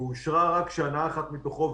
ואושרה רק שנה אחת מתוכו,